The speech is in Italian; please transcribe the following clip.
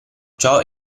ciò